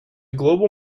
global